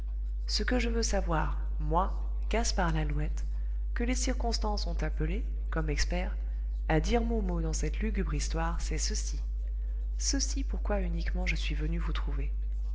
ce que je veux savoir moi gaspard lalouette que les circonstances ont appelé comme expert à dire mon mot dans cette lugubre histoire c'est ceci ceci pourquoi uniquement je suis venu vous trouver martin